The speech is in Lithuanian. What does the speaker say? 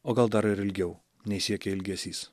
o gal dar ir ilgiau nei siekia ilgesys